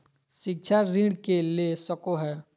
शिक्षा ऋण के ले सको है?